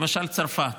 למשל צרפת,